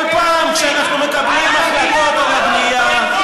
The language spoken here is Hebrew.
כל פעם שאנחנו מקבלים החלטות על בנייה,